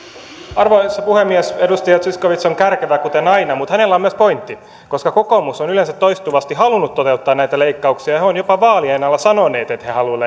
arvoisa puhemies edustaja zyskowicz on kärkevä kuten aina mutta hänellä on myös pointti koska kokoomus on yleensä toistuvasti halunnut toteuttaa näitä leikkauksia he ovat jopa vaalien alla sanoneet että he haluavat